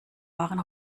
waren